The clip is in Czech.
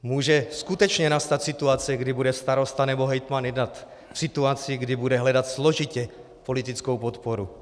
Může skutečně nastat situace, kdy bude starosta nebo hejtman jednat v situaci, kdy bude hledat složitě politickou podporu.